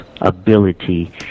ability